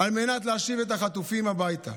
על מנת להשיב את החטופים הביתה,